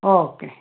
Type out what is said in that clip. okay